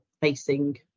facing